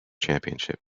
championship